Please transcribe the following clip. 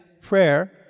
prayer